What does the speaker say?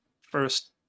first